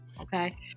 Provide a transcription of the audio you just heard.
Okay